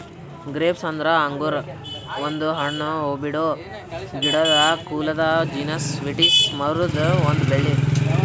grapes ಅಂದುರ್ ಅಂಗುರ್ ಒಂದು ಹಣ್ಣು, ಹೂಬಿಡೋ ಗಿಡದ ಕುಲದ ಜೀನಸ್ ವಿಟಿಸ್ ಮರುದ್ ಒಂದ್ ಬಳ್ಳಿ